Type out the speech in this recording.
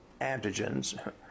antigens